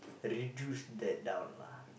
reduce that down lah